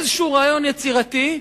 איזה רעיון יצירתי,